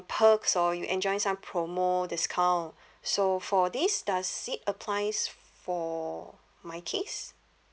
perks or you enjoy some promo discount so for this does it applies for my case